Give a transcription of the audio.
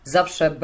Zawsze